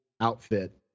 outfit